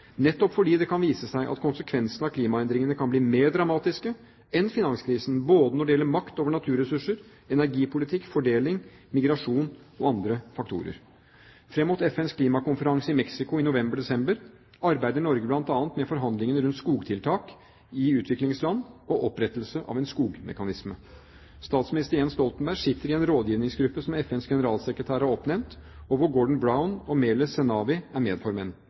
nettopp fordi det kan vise seg at konsekvensene av klimaendringene kan bli mer dramatiske enn finanskrisen både når det gjelder makt over naturressurser, energipolitikk, fordeling, migrasjon og andre faktorer. Fram mot FNs klimakonferanse i Mexico i november/desember arbeider Norge bl.a. med forhandlingene rundt skogtiltak i utviklingsland og opprettelse av en skogmekanisme. Statsminister Jens Stoltenberg sitter i en rådgivningsgruppe som FNs generalsekretær har oppnevnt, og hvor Gordon Brown og Meles Zenawi er